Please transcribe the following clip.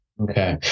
Okay